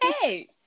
Hey